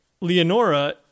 Leonora